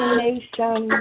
nation